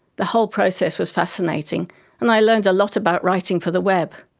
the whole process was fascinating and i learned a lot about writing for the web.